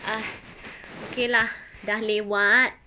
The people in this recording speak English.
ah okay lah dah lewat